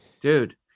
dude